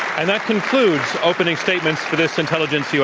and that concludes opening statements for this intelligence u.